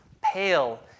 pale